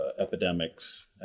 epidemics